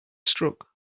struck